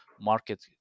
market